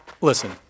Listen